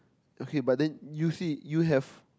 okay but then you see you have